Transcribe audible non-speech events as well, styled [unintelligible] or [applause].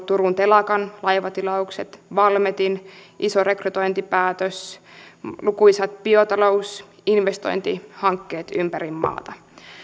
[unintelligible] turun telakan laivatilaukset valmetin iso rekrytointipäätös lukuisat biotalousinvestointihankkeet ympäri maata